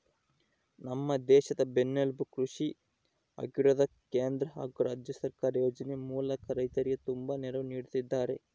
ನಮ್ಮ ದೇಶದ ಬೆನ್ನೆಲುಬು ಕೃಷಿ ಆಗಿರೋದ್ಕ ಕೇಂದ್ರ ಹಾಗು ರಾಜ್ಯ ಸರ್ಕಾರ ಯೋಜನೆ ಮೂಲಕ ರೈತರಿಗೆ ತುಂಬಾ ನೆರವು ನೀಡುತ್ತಿದ್ದಾರೆ